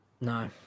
No